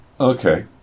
Okay